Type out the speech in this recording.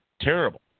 terrible